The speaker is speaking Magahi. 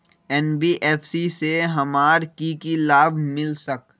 एन.बी.एफ.सी से हमार की की लाभ मिल सक?